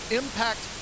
impact